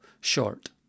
short